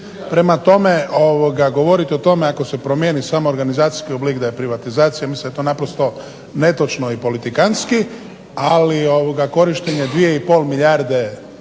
Prema tome, govorite o tome ako se promijeni samo organizacijski oblik da je privatizacija. Mislim da je to naprosto netočno i politikantski, ali korištenje 2 i pol milijarde